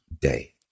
day